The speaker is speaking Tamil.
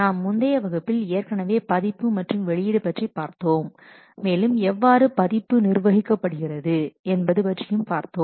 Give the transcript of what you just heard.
நாம் முந்தைய வகுப்பில் ஏற்கனவே பதிப்பு மற்றும் வெளியீடு பற்றி பார்த்தோம் மேலும் எவ்வாறு பதிப்பு நிர்வகிக்கப்படுகிறது என்பது பற்றியும் பார்த்தோம்